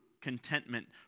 contentment